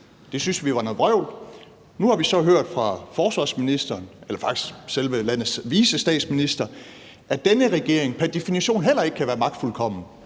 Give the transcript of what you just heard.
Det syntes vi var noget vrøvl. Nu har vi så hørt fra forsvarsministeren – eller faktisk selve landets vicestatsminister – at denne regering pr. definition heller ikke kan være magtfuldkommen,